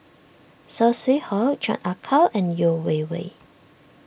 Saw Swee Hock Chan Ah Kow and Yeo Wei Wei